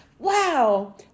Wow